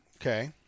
okay